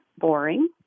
boring